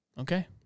Okay